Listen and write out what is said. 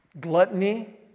gluttony